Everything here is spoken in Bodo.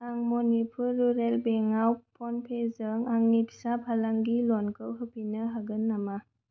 आं मणिपुर रुरेल बेंक आव फ'नपेजों आंनि फिसा फालांगि ल'नखौ होफिन्नो हागोन नामा